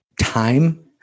time